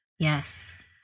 Yes